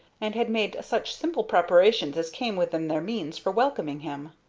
and had made such simple preparations as came within their means for welcoming him.